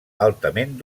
altament